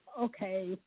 okay